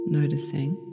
noticing